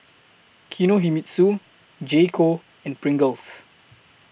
Kinohimitsu J Co and Pringles